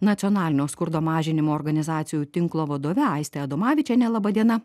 nacionalinio skurdo mažinimo organizacijų tinklo vadove aiste adomavičiene laba diena